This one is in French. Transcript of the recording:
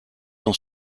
dans